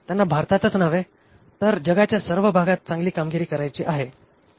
त्यांना भारतातच नव्हे तर जगाच्या सर्व भागात चांगली कामगिरी करायची आहे